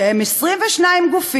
שהם 22 גופים,